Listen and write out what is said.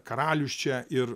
karalius čia ir